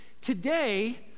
today